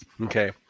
okay